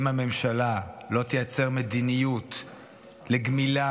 אם הממשלה לא תייצר מדיניות לגמילה